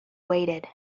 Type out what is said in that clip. waited